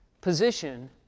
position